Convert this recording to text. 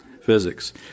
physics